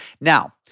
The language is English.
Now